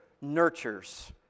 nurtures